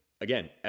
Again